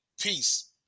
peace